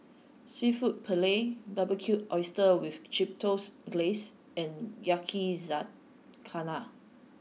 Seafood Paella Barbecued Oysters with Chipotle Glaze and Yakizakana